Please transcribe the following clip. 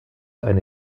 eine